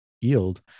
yield